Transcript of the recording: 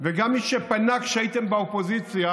וגם מי שפנה כשהייתם באופוזיציה,